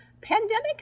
pandemic